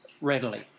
readily